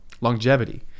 longevity